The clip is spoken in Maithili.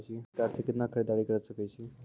क्रेडिट कार्ड से कितना के खरीददारी करे सकय छियै?